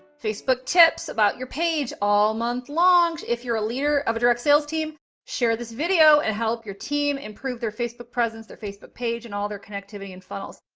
facebook tips, about your page, all month long. if you're a leader of a direct sales team share this video and help your team improve their facebook presence, their facebook page, and all their connectivity and funnels.